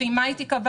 לפי מה היא תיקבע,